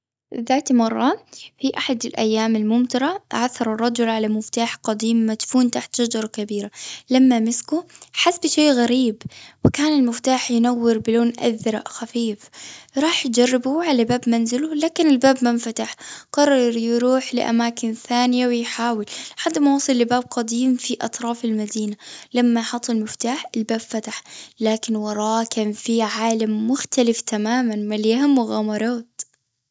ذات مرة، في أحد الأيام الممطرة، عثر الرجل على مفتاح قديم، مدفون تحت شجرة كبيرة. لما مسكه، حس بشيء غريب، وكان المفتاح ينور بلون أزرق خفيف. راح يجربه على باب منزله، لكن الباب ما انفتح. قرر يروح لأماكن ثانية ويحاول، لحد ما وصل لباب قديم، في أطراف المدينة. لما حط المفتاح، الباب فتح. لكن وراه، كان في عالم مختلف تماماً، مليان مغامرات.